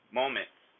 moments